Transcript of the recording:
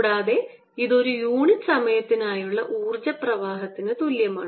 കൂടാതെ ഇത് ഒരു യൂണിറ്റ് സമയത്തിനായുള്ള ഊർജ്ജ പ്രവാഹത്തിന് തുല്യമാണ്